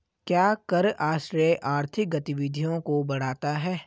क्या कर आश्रय आर्थिक गतिविधियों को बढ़ाता है?